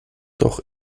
doch